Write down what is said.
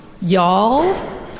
Y'all